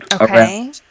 Okay